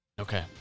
Okay